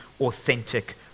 authentic